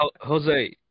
Jose